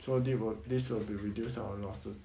so they will this will be reduced our losses